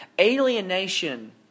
alienation